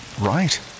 right